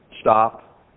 stop